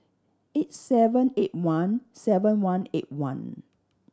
eight seven eight one seven one eight one